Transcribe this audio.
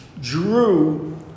drew